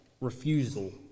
refusal